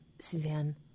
Suzanne